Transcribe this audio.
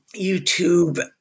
YouTube